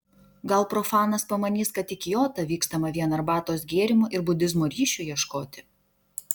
gal profanas pamanys kad į kiotą vykstama vien arbatos gėrimo ir budizmo ryšių ieškoti